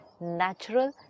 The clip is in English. natural